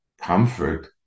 comfort